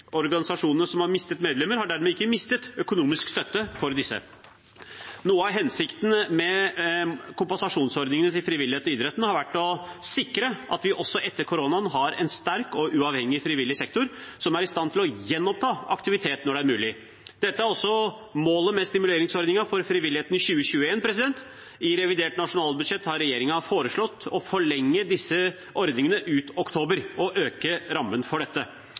Organisasjonene som har mistet medlemmer, har dermed ikke mistet økonomisk støtte for disse. Noe av hensikten med kompensasjonsordningene til frivilligheten og idretten har vært å sikre at vi også etter koronaen har en sterk og uavhengig frivillig sektor som er i stand til å gjenoppta aktivitet når det er mulig. Dette er også målet med stimuleringsordningen for frivilligheten i 2021. I revidert nasjonalbudsjett har regjeringen foreslått å forlenge disse ordningene ut oktober og øke rammen for dette.